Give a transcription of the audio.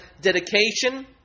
dedication